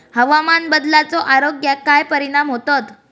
हवामान बदलाचो आरोग्याक काय परिणाम होतत?